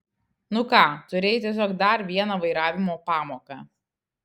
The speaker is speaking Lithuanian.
nu ką turėjai tiesiog dar vieną vairavimo pamoką